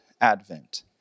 Advent